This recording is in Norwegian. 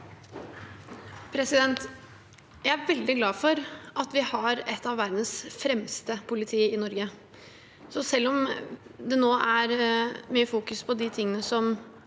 Jeg er veldig glad for at vi har et av verdens fremste politi i Norge. Selv om det nå fokuseres på de tingene som